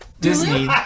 Disney